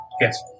Yes